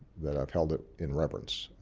that i've held it in reverence.